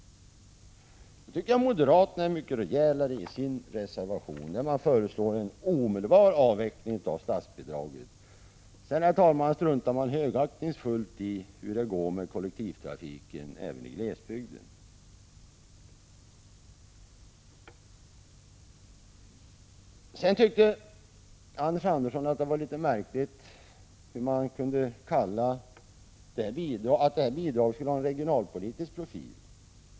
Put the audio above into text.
Då är moderaterna mycket rejälare i sin reservation, där man föreslår en omedelbar avveckling av statsbidraget. Sedan struntar man högaktningsfullt i hur det går med kollektivtrafiken även i glesbygden. Anders Andersson tyckte att det var litet märkligt att det här bidraget skulle ha regionalpolitisk profil.